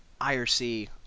IRC